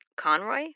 Conroy